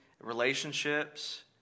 relationships